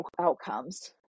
outcomes